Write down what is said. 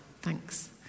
thanks